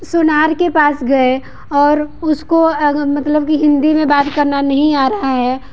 सोनार के पास गए और उसको अगर मतलब की हिंदी में बात करना नहीं आ रहा है